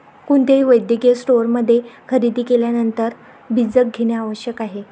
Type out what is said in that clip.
कोणत्याही वैद्यकीय स्टोअरमध्ये खरेदी केल्यानंतर बीजक घेणे आवश्यक आहे